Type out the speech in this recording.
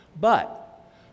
But